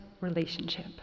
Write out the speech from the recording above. relationship